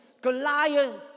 Goliath